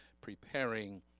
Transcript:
preparing